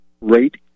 rate